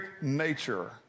nature